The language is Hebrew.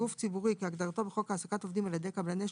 עכשיו קראנו את כל ההסכמים הקיבוציים.